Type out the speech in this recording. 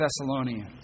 Thessalonians